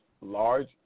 large